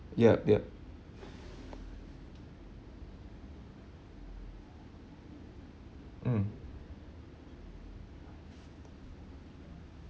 yup yup mm